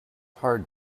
hard